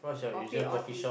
coffee or tea